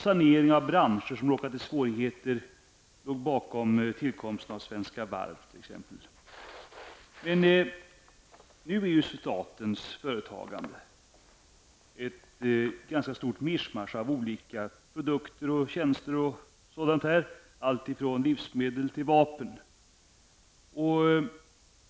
Saneringen av branscher som råkat i svårigheter låg bakom tillkomsten av Svenska Varv. Statens företagande är ett ganska stort mischmasch av olika tjänster och produkter, allt från livsmedel till vapen.